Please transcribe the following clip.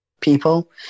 people